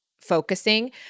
focusing